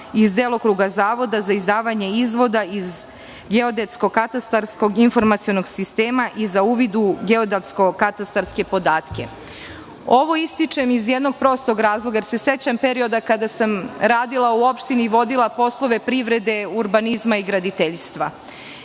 iz delokruga zavoda za izdavanje izvoda iz geodetsko-katastarskog informacionog sistema i za uvid u geodetsko-katastarske podatke. Ovo ističem iz jednog prostog razloga, jer se sećam perioda kada sam radila u opštini, vodila poslove privrede, urbanizma i graditeljstva.